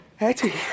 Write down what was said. Etty